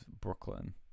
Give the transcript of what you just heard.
brooklyn